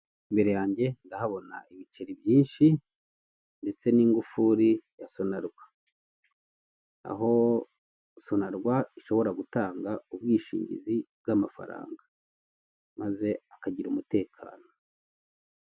Imbere yanjye ndahabona ibiceri byinshi ndetse n'ingufuri ya sonarwa aho sonarwa ishobora gutanga ubwishingizi bw'amafaranga maze akagira umutekano.